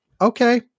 Okay